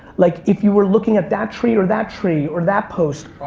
like if you were looking at that tree or that tree or that post.